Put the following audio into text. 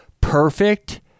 perfect